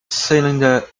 cylinder